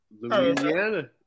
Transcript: Louisiana